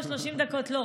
30 דקות לא,